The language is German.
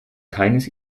keines